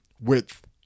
Width